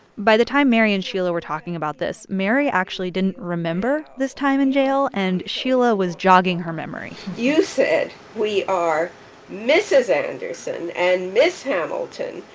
by the time mary and sheila were talking about this, mary actually didn't remember this time in jail. and sheila was jogging her memory you said, we are mrs. anderson and ms. hamilton